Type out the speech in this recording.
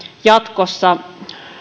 jatkossa